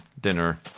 dinner